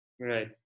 Right